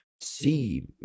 see